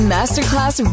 Masterclass